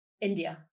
India